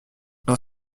dans